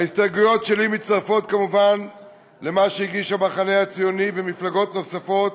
ההסתייגויות שלי מצטרפות כמובן למה שהגישו המחנה הציוני ומפלגות נוספות,